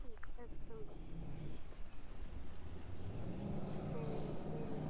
अच्छा सर